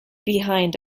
behind